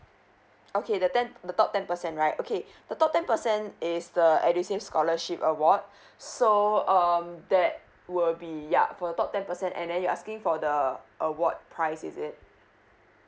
okay the ten the top ten percent right okay the top ten percent is the edusave scholarship award so um that will be yup for the ten percent and then you're asking for the award prize is it